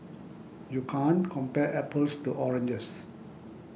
you can't compare apples to oranges